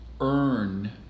earn